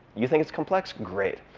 you think it's complex? great.